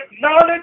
knowledge